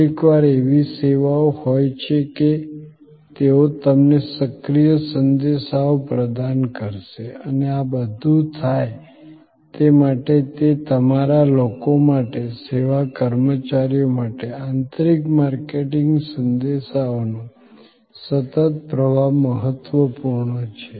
કેટલીકવાર એવી સેવાઓ હોય છે કે તેઓ તમને સક્રિય સંદેશાઓ પ્રદાન કરશે અને આ બધું થાય તે માટે તે તમારા લોકો માટે સેવા કર્મચારીઓ માટે આંતરિક માર્કેટિંગ સંદેશાઓનો સતત પ્રવાહ મહત્વપૂર્ણ છે